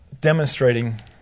demonstrating